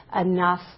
enough